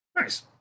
nice